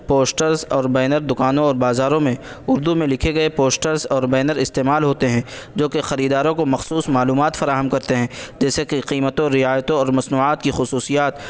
posters اور banner دکانوں اور بازاروں میں اردو میں لکھے گئے پوسٹرز اور بینر استعمال ہوتے ہیں جو کہ خریداورں کو مخصوص معلومات فراہم کرتے ہیں جیسے کہ قیمتوں رعایتوں اور مصنوعات کی خصوصیات